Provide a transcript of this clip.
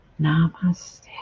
Namaste